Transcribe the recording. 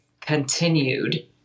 continued